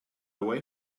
away